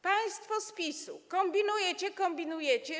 Państwo z PiS-u, kombinujecie i kombinujecie.